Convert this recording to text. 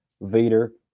vader